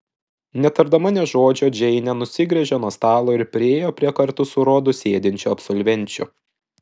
netardama nė žodžio džeinė nusigręžė nuo stalo ir priėjo prie kartu su rodu sėdinčių absolvenčių